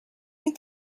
you